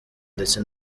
ndetse